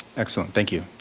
excellent, thank you.